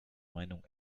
meinung